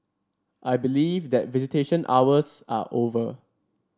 I believe that visitation hours are over